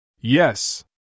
Yes